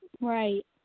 Right